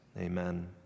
Amen